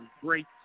Great